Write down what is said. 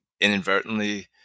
inadvertently